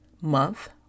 month